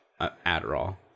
Adderall